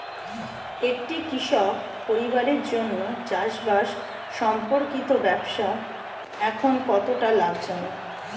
একটি কৃষক পরিবারের জন্য চাষবাষ সম্পর্কিত ব্যবসা এখন কতটা লাভজনক?